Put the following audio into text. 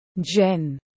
Jen